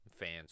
Fans